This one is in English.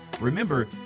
Remember